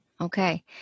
Okay